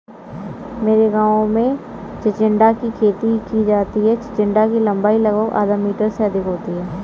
मेरे गांव में चिचिण्डा की खेती की जाती है चिचिण्डा की लंबाई लगभग आधा मीटर से अधिक होती है